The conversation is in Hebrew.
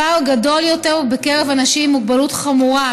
הפער גדול יותר בקרב אנשים עם מוגבלות חמורה,